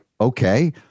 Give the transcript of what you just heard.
okay